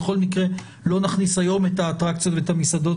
בכל מקרה לא נכניס היום את האטרקציות ואת המסעדות